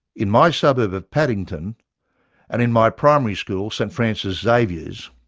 in my suburb of paddington and in my primary school, st francis xavier's,